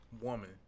Woman